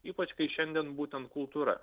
ypač kai šiandien būtent kultūra